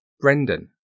Brendan